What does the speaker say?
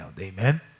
Amen